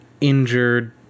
injured